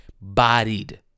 Bodied